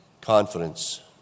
confidence